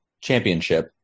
championship